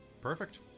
Perfect